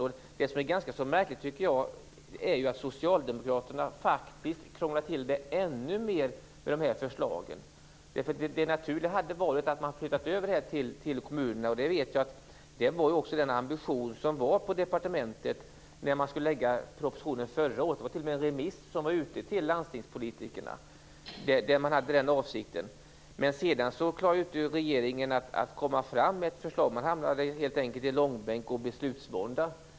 Det jag tycker är ganska märkligt, är att Socialdemokraterna faktiskt krånglar till det ännu mer med de här förslagen. Det naturliga hade varit att man flyttat över det här till kommunerna. Det var också, det vet jag, den ambition som var på departementet när man skulle lägga fram propositionen förra året. Det fanns t.o.m. en remiss ute till landstingspolitikerna där man hade den avsikten. Sedan klarade inte regeringen att komma fram med ett förslag. Man hamnade helt enkelt i långbänk och beslutsvånda.